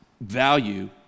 value